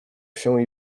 się